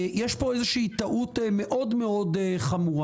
יש פה איזושהי טעות מאוד חמורה.